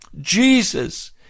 Jesus